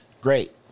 Great